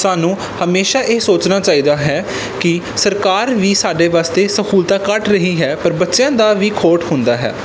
ਤੁਹਾਨੂੰ ਹਮੇਸ਼ਾ ਇਹ ਸੋਚਣਾ ਚਾਹੀਦਾ ਹੈ ਕਿ ਸਰਕਾਰ ਵੀ ਸਾਡੇ ਵਾਸਤੇ ਸਹੂਲਤਾਂ ਕੱਢ ਰਹੀ ਹੈ ਪਰ ਬੱਚਿਆਂ ਦਾ ਵੀ ਖੋਟ ਹੁੰਦਾ ਹੈ